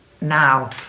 now